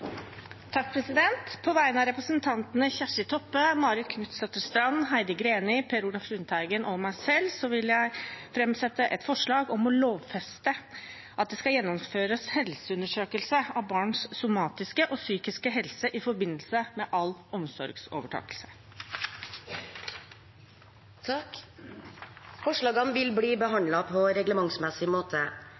På vegne av representantene Kjersti Toppe, Marit Knutsdatter Strand, Heidi Greni, Per Olaf Lundteigen og meg selv vil jeg framsette et forslag om å lovfeste at det skal gjennomføres helseundersøkelser av barns somatiske og psykiske helse i forbindelse med alle omsorgsovertakelser. Forslagene vil bli behandlet på reglementsmessig måte.